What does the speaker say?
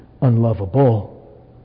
unlovable